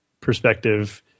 perspective